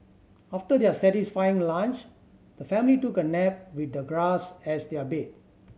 after their satisfying lunch the family took a nap with the grass as their bed